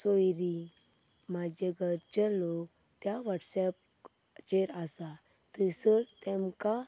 सोयरी म्हाजे घरचें लोक त्या वॉटसऍप पाचेर आसा थंयसर तेंमकां